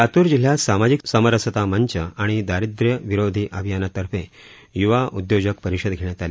लातूर जिल्ह्यात सामाजिक समरसता मंच आणि दारिद्र्य विरोधी अभियानातर्फे युवा उद्योजक परिषद घेण्यात आली